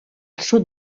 sud